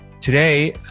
Today